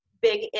big